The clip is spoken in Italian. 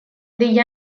degli